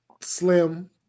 slim